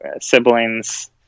siblings